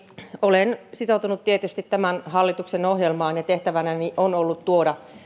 olen sitoutunut tietysti tämän hallituksen ohjelmaan ja tehtävänäni on ollut tuoda